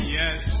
yes